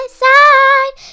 side